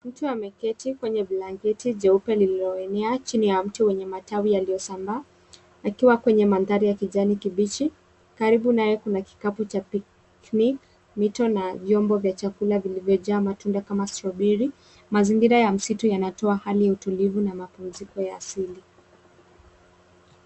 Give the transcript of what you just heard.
Mtu ameketi kwenye blanketi jeupe lililoenea chini ya mti wenye matawi yaliyosambaa, akiwa kwenye mandhari ya kijani kibichi. Karibu naye kuna kikapu cha picnic ,mito na vyombo vya chakula vilivyojaa matunda kama: strawberry . Mazingira ya msitu yanatoa hali ya utulivu na mapumziko ya asili.